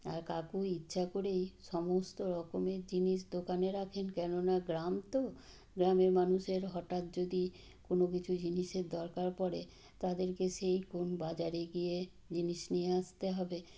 আর কাকু ইচ্ছা করেই সমস্ত রকমের জিনিস দোকানে রাখেন কেন না গ্রাম তো গ্রামের মানুষের হঠাৎ যদি কোনও কিছু জিনিসের দরকার পড়ে তাদেরকে সেই কোন বাজারে গিয়ে জিনিস নিয়ে আসতে হবে